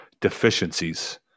deficiencies